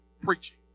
preaching